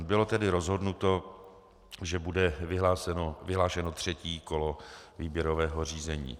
Bylo tedy rozhodnuto, že bude vyhlášeno třetí kolo výběrového řízení.